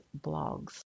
blogs